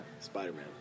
Spider-Man